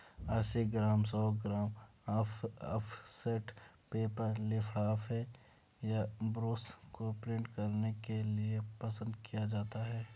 अस्सी ग्राम, सौ gram offset paper लिफाफे या ब्रोशर को प्रिंट करने के लिए पसंद किया जाता है